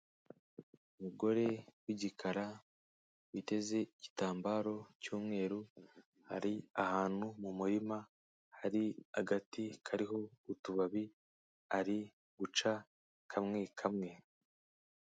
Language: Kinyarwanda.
Umugore w'igikara, witeze igitambaro cy'umweru, ari ahantu mu murima, hari agati kariho utubabi ari guca kamwe kamwe.